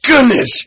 goodness